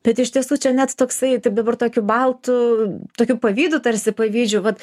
bet iš tiesų čia net toksai taip dabar tokiu baltu tokiu pavydu tarsi pavydžiu vat